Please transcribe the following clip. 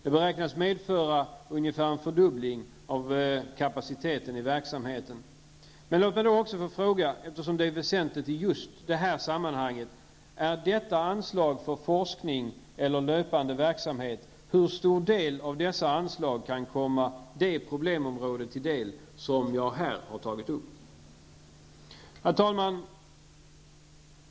Det beräknas medföra nästan en fördubbling av kapaciteten i verksamheten. Jag vill ställa en fråga om något som är väsentligt i just detta sammanhang: Är detta anslag för forskning eller löpande verksamhet? Hur stor del av detta anslag kan komma det problemområde till del som jag här har tagit upp? Herr talman!